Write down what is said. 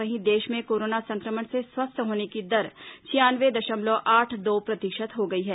वहीं देश में कोरोना संक्रमण से स्वस्थ होने की दर छियानवे दशमलव आठ दो प्रतिशत हो गई है